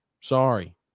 Sorry